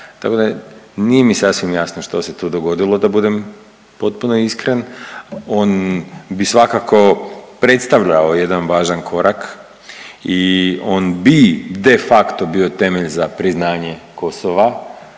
Dakle, nije mi sasvim jasno što se tu dogodilo da budem potpuno iskren. On bi svakako predstavljao jedan važan korak i on bi de facto bio temelj za priznanje Kosova